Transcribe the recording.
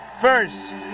first